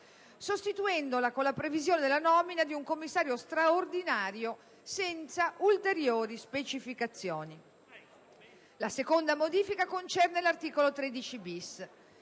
sostituendola con la previsione della nomina di un commissario straordinario senza ulteriori specificazioni. La seconda modifica concerne l'articolo 13-*bis*.